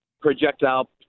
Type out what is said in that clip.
projectile